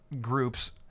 groups